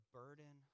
burden